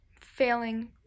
failing